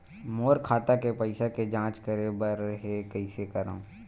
मोर खाता के पईसा के जांच करे बर हे, कइसे करंव?